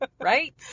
right